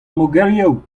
mogerioù